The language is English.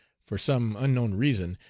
for some unknown reason,